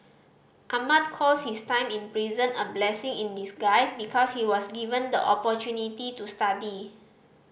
Ahmad calls his time in prison a blessing in disguise because he was given the opportunity to study